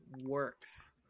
works